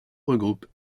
regroupe